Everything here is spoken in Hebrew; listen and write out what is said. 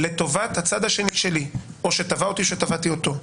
לטובת הצד השני שלי או שתבע אותי או שתבעתי אותו.